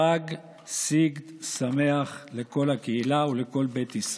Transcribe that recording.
חג סיגד שמח לכל הקהילה ולכל בית ישראל.